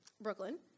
Brooklyn